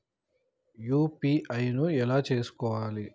UPI ను ఎలా చేస్కోవాలి?